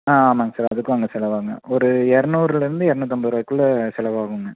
ஆ ஆமாங்க சார் அதுக்கும் அங்கே செலவாகும் ஒரு இரநூறுலேருந்து இரநூத்தம்பது ருபாக்குள்ள செலவாகுங்க